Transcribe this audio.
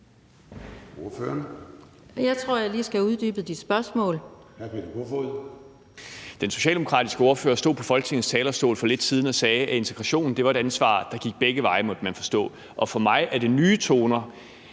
Kl. 10:59 Peter Kofod (DF): Den socialdemokratiske ordfører stod på Folketingets talerstol for lidt siden og sagde, at integrationen var et ansvar, der gik begge veje, måtte man forstå. Og for mig er det nye toner